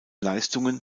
leistungen